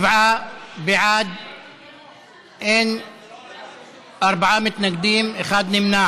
57 בעד, ארבעה מתנגדים, אחד נמנע.